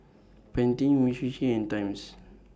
Pantene Umisushi and Times